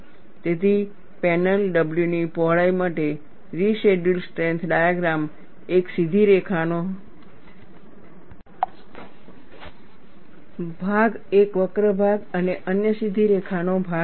તેથી panel W ની પહોળાઈ માટે રેસિડયૂઅલ સ્ટ્રેન્થ ડાયગ્રામ એક સીધી રેખાનો ભાગ એક વક્ર ભાગ અને અન્ય સીધી રેખાનો ભાગ હશે